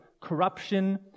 corruption